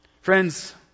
Friends